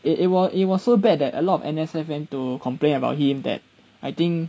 it it w~ it was so bad that a lot of N_S_F went to complain about him that I think